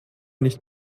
nicht